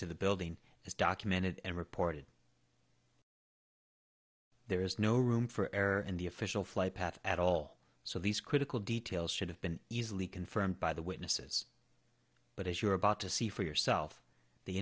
to the building is documented and reported there is no room for error in the official flight path at all so these critical details should have been easily confirmed by the witnesses but as you're about to see for yourself the